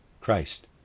Christ